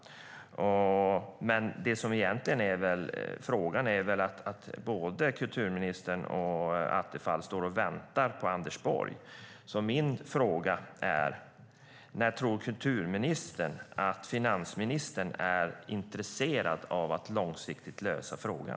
Men frågan är om inte både kulturministern och Attefall väntar på Anders Borg. Min fråga är: När tror kulturministern att finansministern är intresserad av att långsiktigt lösa frågan?